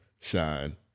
shine